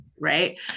Right